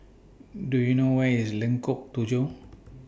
Do YOU know Where IS Lengkok Tujoh